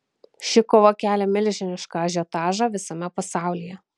ši kova kelia milžinišką ažiotažą visame pasaulyje